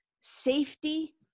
safety